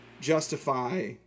justify